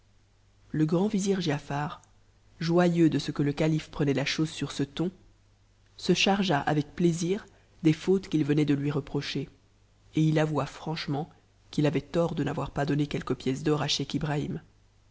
le grand vizir giafar joyeux de ce que le calife prenait la chose sur ce ton se chargea avec plaisir des fautes qu'il venait de lui reprocher et il avoua franchement qu'il avait tort de n'avoir pas donné quelques pièces d'or à scheich ibrahim